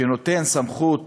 שנותן סמכות